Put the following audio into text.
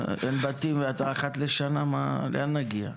אין בתים ואתה מדבר על אחת לשנה, לאן נגיע?